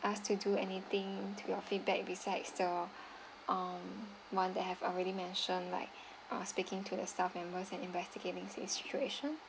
us to do anything to your feedback besides the um one that I've already mentioned like ah speaking to the staff members and investigating the situation